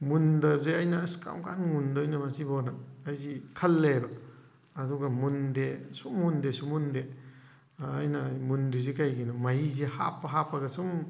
ꯃꯨꯟꯗꯕꯁꯦ ꯑꯩꯅ ꯑꯁ ꯀꯔꯝ ꯀꯥꯟ ꯃꯨꯟꯗꯣꯏꯅꯣ ꯃꯁꯤꯕꯣꯅ ꯑꯩꯁꯤ ꯈꯜꯂꯦꯕ ꯑꯗꯨꯒ ꯃꯨꯟꯗꯦ ꯁꯨꯝ ꯃꯨꯟꯗꯦ ꯁꯨꯝ ꯃꯨꯟꯗꯦ ꯑꯩꯅ ꯃꯨꯟꯗ꯭ꯔꯤꯁꯦ ꯀꯩꯒꯤꯅꯣ ꯃꯍꯤꯁꯦ ꯍꯥꯞꯄ ꯍꯥꯞꯄꯒ ꯁꯨꯝ